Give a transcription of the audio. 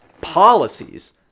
policies